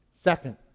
Second